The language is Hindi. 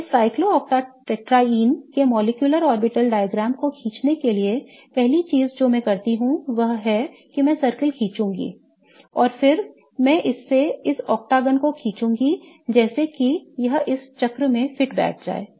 तो इस cyclooctatetraene के molecular orbital diagrams को खींचने के लिए पहली चीज जो मैं करता हूं वह यह है कि मैं circle खींचूंगा और फिर मैं इस अष्टकोना को खींचूंगा जैसे कि यह इस चक्र में फिट बैठ जाए